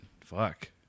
Fuck